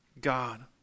God